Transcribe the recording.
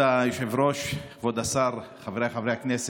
כבוד היושב-ראש, כבוד השר, חבריי חברי הכנסת,